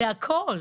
זה הכל.